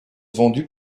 vendus